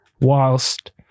whilst